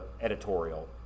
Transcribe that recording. editorial